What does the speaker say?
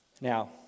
Now